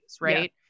Right